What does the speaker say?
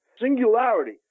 Singularity